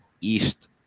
East